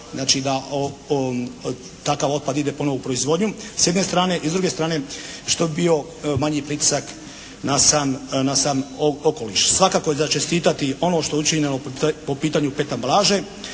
Znači da takav otpad ide ponovo u proizvodnju s jedne strane. I s druge strane što bi bio manji pritisak na sam, na sam okoliš. Svakako je za čestitati ono što je učinjeno po pitanju PET ambalaže